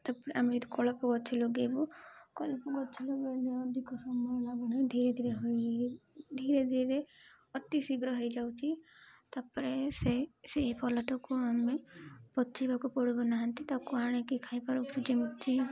ତାପରେ ଆମେ ଯତୁ କଳାଳପ ଗଛ ଲଗେଇବୁ କଳପ ଗଛ ଲଗେଇଲେ ଅଧିକ ସମୟ ଲାଗୁ ନା ଧୀରେ ଧୀରେ ହୋଇ ଧୀରେ ଧୀରେ ଅତି ଶୀଘ୍ର ହେଇଯାଉଛି ତାପରେ ସେ ସେହି ଫଳଟାକୁ ଆମେ ପଚିବାକୁ ପଡ଼ୁ ନାହାନ୍ତି ତାକୁ ଆଣିକି ଖାଇପାରୁୁ ଯେମିତି